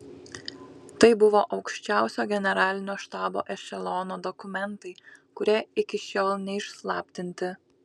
tai buvo aukščiausio generalinio štabo ešelono dokumentai kurie iki šiol neišslaptinti